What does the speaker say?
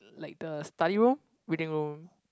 like the study room reading room